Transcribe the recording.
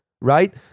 right